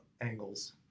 angles